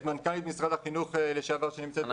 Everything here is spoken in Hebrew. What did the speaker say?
את מנכ"לית משרד החינוך לשעבר שנמצאת בזום.